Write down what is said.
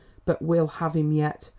but we'll have him yet,